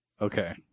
Okay